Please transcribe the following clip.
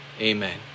amen